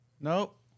Nope